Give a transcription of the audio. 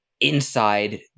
inside